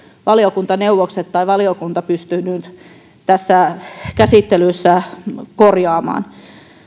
valiokuntaneuvokset tai valiokunta pystyneet tässä käsittelyssä korjaamaan